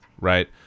right